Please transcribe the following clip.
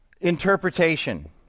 interpretation